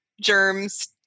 germs